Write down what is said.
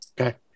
Okay